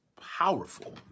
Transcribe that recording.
powerful